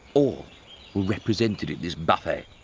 all were represented in this buffet